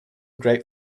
great